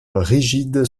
rigide